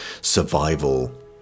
survival